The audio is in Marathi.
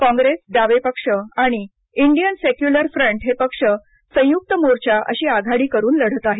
कॉंग्रेस डावे पक्ष आणि इंडियन सेक्युलर फ्रंट हे पक्ष हे संयुक्त मोर्चा अशी आघाडी करून लढत आहेत